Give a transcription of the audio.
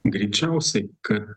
greičiausiai kad